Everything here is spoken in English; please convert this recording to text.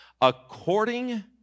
according